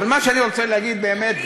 אבל מה שאני רוצה להגיד באמת,